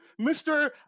Mr